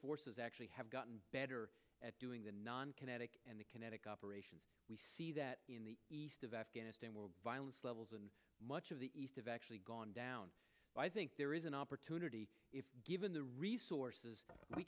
forces actually have gotten better at doing the non kinetic and the kinetic operations we see that in the east of afghanistan violence levels and much of the east of actually gone down i think there is an opportunity if given the resources we